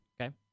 Okay